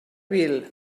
vil